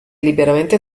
liberamente